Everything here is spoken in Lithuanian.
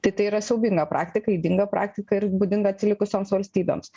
tai tai yra siaubinga praktika ydinga praktika ir būdinga atsilikusioms valstybėms